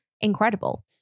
incredible